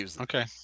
Okay